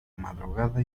madrugada